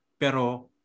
pero